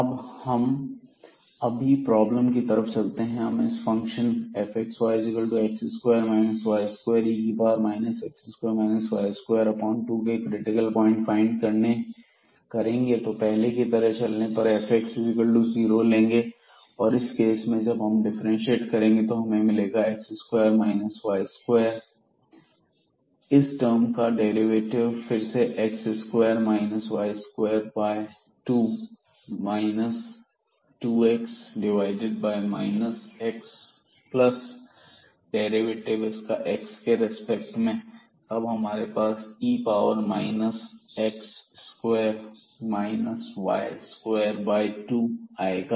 अब हम अभी प्रॉब्लम की तरफ चलते हैं हम इस function fxyx2 y2e x2 y22 के क्रिटिकल प्वाइंट फाइंड करेंगे तो पहले की तरह चलने पर fx0 लेंगे और इस केस में हम जब डिफरेंटशिएट करेंगे तो हमें मिलेगा x square minus y square इस टर्म का डेरिवेटिव फिर से x square minus y square by 2 minus 2x divided by minus x plus derivative इसका x के रिस्पेक्ट में तब हमारे पास e power minus x square minus y square by 2 आएगा